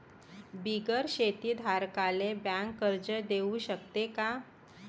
बिगर शेती धारकाले बँक कर्ज देऊ शकते का?